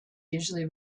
usually